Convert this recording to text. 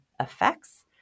effects